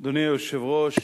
אדוני היושב-ראש,